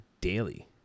daily